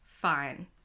fine